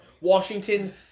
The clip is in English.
Washington